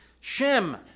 Shem